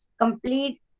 complete